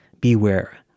beware